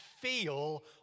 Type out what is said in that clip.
feel